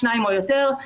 שניים או יותר,